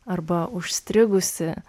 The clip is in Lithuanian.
arba užstrigusį